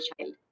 child